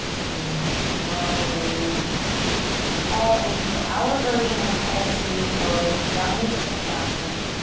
and we'll slowly fall into our version of head to knee pose, janu sirsasan.